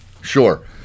sure